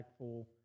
impactful